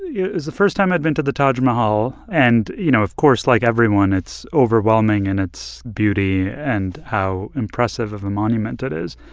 it was the first time i'd been to the taj mahal. and, you know, of course, like everyone, it's overwhelming in its beauty and how impressive of a monument it is.